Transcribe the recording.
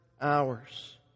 hours